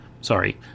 Sorry